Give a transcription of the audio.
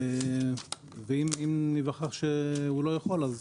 ואם ניווכח שהוא לא יכול אז